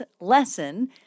lesson